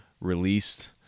released